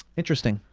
interesting.